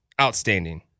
outstanding